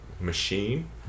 machine